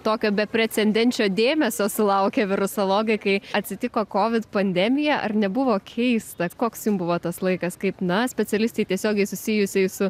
tokio beprecendenčio dėmesio sulaukė virusologai kai atsitiko covid pandemija ar nebuvo keista koks jum buvo tas laikas kaip na specialistei tiesiogiai susijusiai su